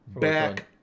Back